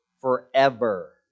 forever